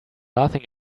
laughing